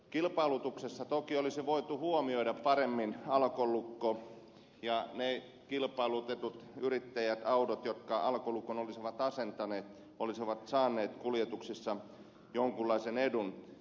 kilpailutuksessa toki olisi voitu huomioida paremmin alkolukko ja ne kilpailutetut yrittäjät ja autot jotka alkolukon olisivat asentaneet olisivat saaneet kuljetuksissa jonkinlaisen edun